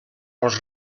als